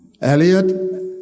Elliot